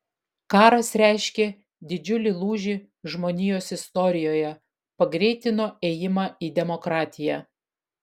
karas reiškė didžiulį lūžį žmonijos istorijoje pagreitino ėjimą į demokratiją